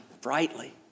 brightly